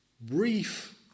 brief